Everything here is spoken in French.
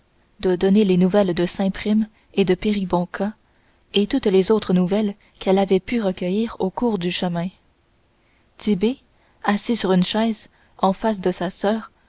de donner les nouvelles de saint prime et de péribonka et toutes les autres nouvelles qu'elle avait pu recueillir au cours du chemin tit'bé assis sur une chaise en face de sa soeur